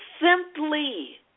simply